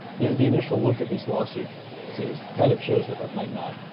the the initial look at these lawsuits since kind of shows that that might not,